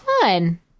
Fun